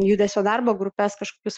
judesio darbo grupes kažkokius